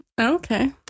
Okay